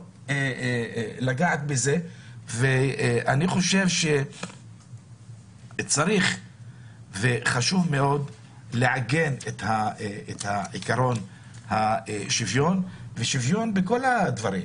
אני חושב שצריך וחשוב מאוד לעגן את עקרון השוויון ובכל הדברים.